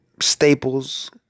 staples